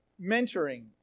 mentoring